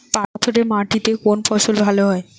পাথরে মাটিতে কোন ফসল ভালো হয়?